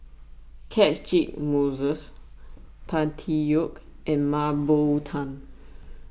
Catchick Moses Tan Tee Yoke and Mah Bow Tan